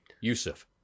Yusuf